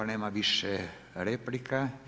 Nema više replika.